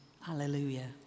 hallelujah